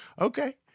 Okay